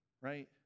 Right